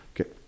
okay